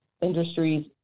Industries